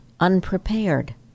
Unprepared